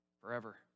forever